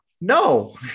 No